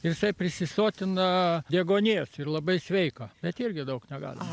jisai prisisotina deguonies ir labai sveika bet irgi daug negalima